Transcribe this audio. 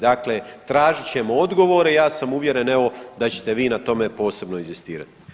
Dakle, tražit ćemo odgovore i ja sam uvjeren evo da ćete vi na tome posebno inzistirati.